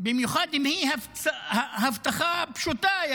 במיוחד אם היא הבטחה פשוטה,